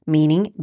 Meaning